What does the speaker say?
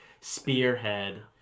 spearhead